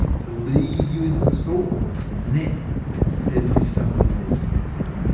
to lead you into the store and then sell you something more expensive.